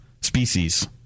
Species